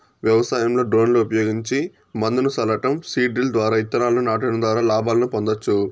వ్యవసాయంలో డ్రోన్లు ఉపయోగించి మందును సల్లటం, సీడ్ డ్రిల్ ద్వారా ఇత్తనాలను నాటడం ద్వారా లాభాలను పొందొచ్చు